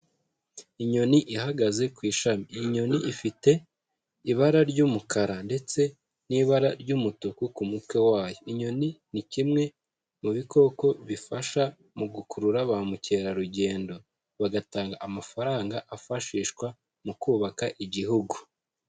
Inyoni ihagaze ku ishami, iyi inyoni ifite ibara ry'umukara ndetse n'ibara ry'umutuku ku mutwe wayo. Inyoni ni kimwe mu bikoko bifasha mu gukurura ba mukerarugendo bagatanga amafaranga afashishwa mu kubaka igihugu.